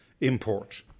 import